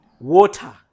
water